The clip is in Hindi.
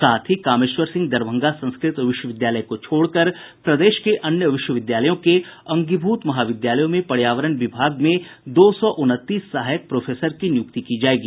साथ ही कामेश्वर सिंह दरभंगा संस्कृत विश्वविद्यालय को छोड़कर प्रदेश के अन्य विश्वविद्यालयों के अंगीभूत महाविद्यालयों में पर्यावरण विभाग में दो सौ उनतीस सहायक प्रोफेसर की नियुक्ति की जायेगी